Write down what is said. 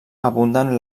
abunden